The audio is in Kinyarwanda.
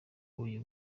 huye